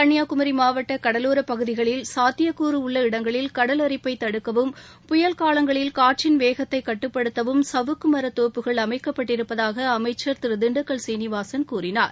கள்ளியாகுமி மாவட்ட கடலோரப் பகுதிகளில் சாத்தியக்கூறு உள்ள இடங்களில் கடல் அரிப்பை தடுக்கவும் புயல் காலங்களில் காற்றின் வேகத்தை கட்டுப்படுத்தவும் சவுக்குமர தோப்புகள் அமைக்கப்பட்டிருப்பதாக அமைச்சர் திரு திண்டுக்கல் சீனிவாசன் கூறினார்